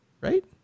Right